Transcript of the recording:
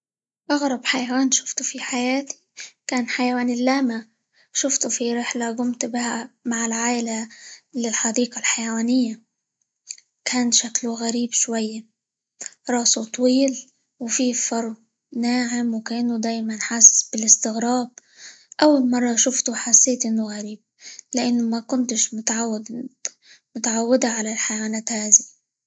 أغرب حيوان شفته في حياتي كان حيوان اللاما، شفته في رحلة قمت بها مع العايلة للحديقة الحيوانية، كان شكله غريب شوية، راسه طويل، وفيه فرو ناعم، وكأنه دايمًا حاسس بالاستغراب، أول مرة شفته حسيت إنه غريب؛ لإني ما كنتش -متعود- متعودة على الحيوانات هذه.